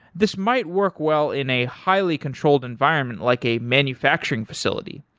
this might work well in a highly controlled environment like a manufacturing facility.